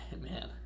Man